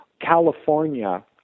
California